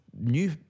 New